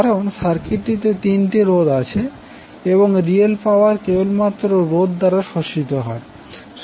কারণ সার্কিটটিতে তিনটি রোধ রয়েছে এবং রিয়েল পাওয়ার কেবলমাত্র রোধ দ্বারা শোষিত হয়